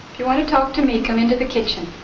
you want to talk to me, come into the kitchen.